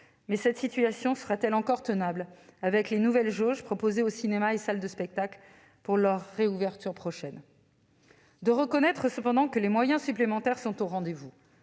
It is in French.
Mais cette situation sera-t-elle encore tenable avec les nouvelles jauges proposées aux cinémas et salles de spectacle pour leur réouverture prochaine ? Nous devons reconnaître cependant que les moyens supplémentaires sont au rendez-vous.